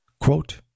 Quote